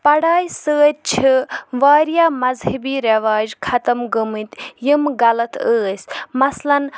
پَڑایہِ سۭتۍ چھِ واریاہ مَزہبی رِواج ختٕم گٔمٕتۍ یِم غلط ٲسۍ مَثلاً